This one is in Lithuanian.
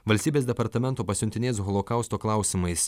valstybės departamento pasiuntinė holokausto klausimais